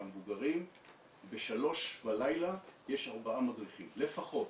המבוגרים בשלוש בלילה יש ארבעה מדריכים לפחות,